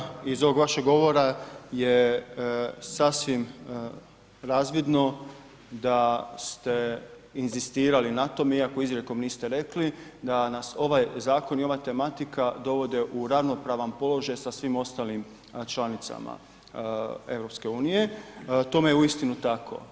Zahvaljujem kolega, iz ovog vašeg govora je sasvim razvidno da ste inzistirali na tom iako izrijekom niste rekli da nas ovaj zakon i ova tematika dovode u ravnopravan položaj sa svim ostalim članicama EU, tome je uistinu tako.